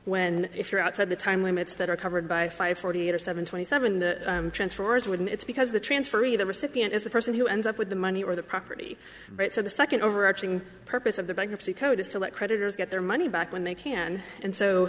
when if you're outside the time limits that are covered by five forty eight or seven twenty seven the transfers wouldn't it's because the transfer of the recipient is the person who ends up with the money or the property rights or the second overarching purpose of the bankruptcy code is to let creditors get their money back when they can and so